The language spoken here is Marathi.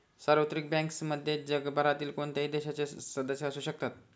सार्वत्रिक बँक्समध्ये जगभरातील कोणत्याही देशाचे सदस्य असू शकतात